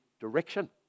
direction